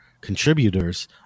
contributors